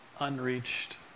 unreached